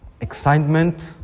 excitement